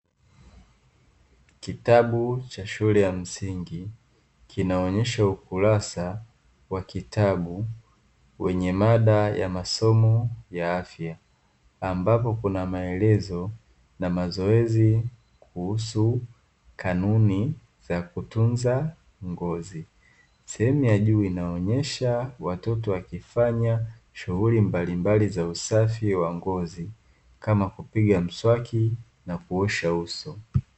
Kitabu cha shule ya msingi kinaonyesha ukurasa wa kitabu wenye mada ya masomo ya afya, ambapo kuna maelezo na mazoezi kuhusu kanuni za kutunza ngozi, sehemu ya juu inaonyesha watoto wakifanya shughuli mbalimbali za usafi wa ngozi, kama kupiga mswaki na kuosha uso.